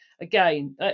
again